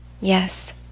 Yes